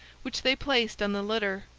which they placed on the litter,